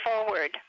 forward